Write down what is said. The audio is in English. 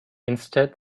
instead